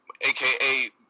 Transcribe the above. aka